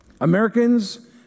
Americans